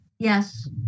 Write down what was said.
Yes